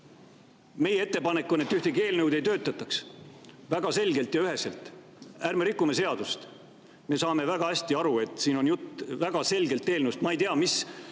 Meie ettepanek on, et ühtegi eelnõu välja ei töötataks – väga selgelt ja üheselt. Ärme rikume seadust! Me saame väga hästi aru, et siin on väga selgelt juttu eelnõust. Ma ei tea, mis